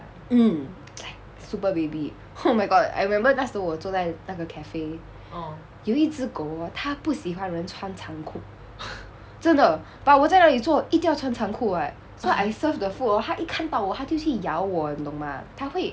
mm like super baby oh my god I remember 那时候我坐在那个 cafe 有一只狗哦他不喜欢人穿长裤真的 but 我在那里做一定要穿长裤 [what] so I serve the food hor 它一看到我它就去咬我你懂 mah 它会